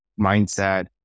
mindset